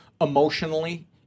emotionally